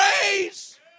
praise